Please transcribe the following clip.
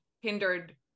hindered